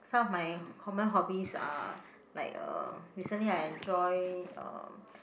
some of my common hobbies are like uh recently I enjoy um